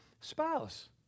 spouse